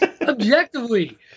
objectively